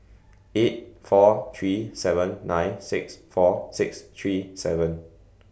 eight four three seven nine six four six three seven